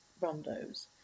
rondos